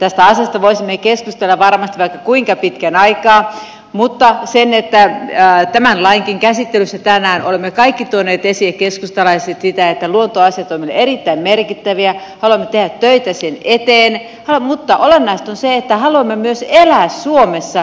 tästä asiasta voisimme keskustella varmasti vaikka kuinka pitkän aikaa mutta tämänkin lain käsittelyssä tänään olemme kaikki keskustalaiset tuoneet esiin sitä että luontoasiat ovat meille erittäin merkittäviä haluamme tehdä töitä niiden eteen mutta olennaista on se että haluamme myös elää suomessa kotimaassa